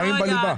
פערים בליבה.